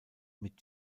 mit